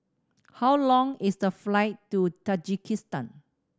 how long is the flight to Tajikistan